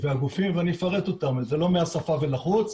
הגופים, ואני אפרט אותם, זה לא מהשפה ולחוץ.